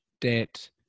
debt